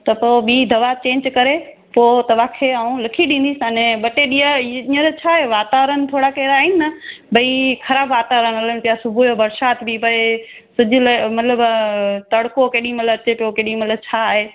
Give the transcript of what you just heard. त पोइ ॿीं दवा चेंज करे पो तव्हांखे आऊं लिखी ॾींदसि अने ॿ टे ॾींहं हींअर छाहे वातावरणु थोड़ाक हेड़ा आहिनि न भई ख़राबु वातावरणु हलनि पिया सुबुह जो बरसात थी पिए सिजु लहे मतलबि तड़को केॾीं महिल अचे पियो केॾीं महिल छा आहे